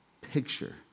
picture